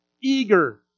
eager